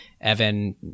Evan